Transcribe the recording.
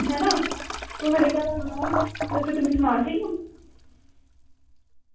ऐ ना मेरे घर आं ते तूगी सनानी आं